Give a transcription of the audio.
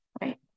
Right